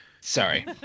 Sorry